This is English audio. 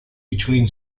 between